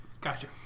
Gotcha